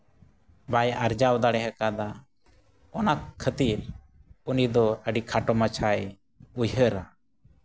ᱵᱟᱭ ᱟᱨᱡᱟᱣ ᱫᱟᱲᱮ ᱠᱟᱫᱟ ᱚᱱᱟ ᱠᱷᱟᱹᱛᱤᱨ ᱩᱱᱤ ᱫᱚ ᱟᱹᱰᱤ ᱠᱷᱟᱴᱚ ᱢᱟᱪᱷᱟᱭ ᱩᱭᱦᱟᱹᱨᱟ